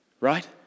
right